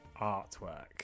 artwork